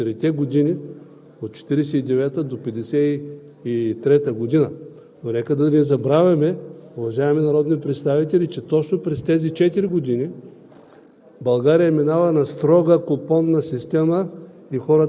поправката на това, което е направено през четирите години – от 1949-а до 1953 г. Но нека да не забравяме, уважаеми народни представители, че точно през тези четири